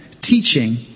teaching